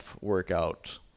workout